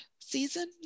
season